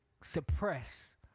suppress